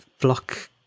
block